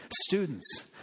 students